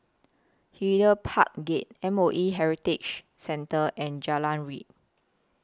Hyde Park Gate M O E Heritage Centre and Jalan Ria